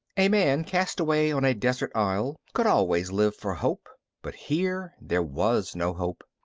a man cast away on a desert isle could always live for hope, but here there was no hope.